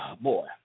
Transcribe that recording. Boy